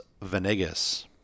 Venegas